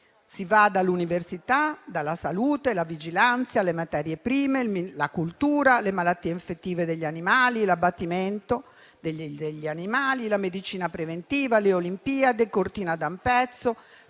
si va dall'università, alla salute, alla vigilanza, alle materie prime, alla cultura, alle malattie infettive e all'abbattimento degli animali, alla medicina preventiva, alle olimpiadi di Cortina d'Ampezzo,